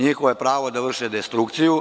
Njihovo je pravo da vrše destrukciju.